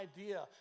idea